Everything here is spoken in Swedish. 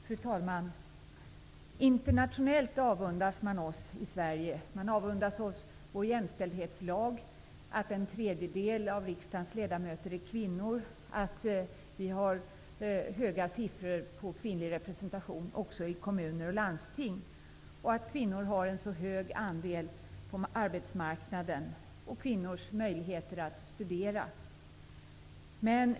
Fru talman! Internationellt avundas man oss i Sverige. Man avundas oss vår jämställdhetslag, att en tredjedel av riksdagens ledamöter är kvinnor, att vi har höga siffror för kvinnors representation även i kommuner och landsting, att kvinnor har en så stor andel på arbetsmarknaden och kvinnors möjligheter att studera.